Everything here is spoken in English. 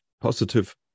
positive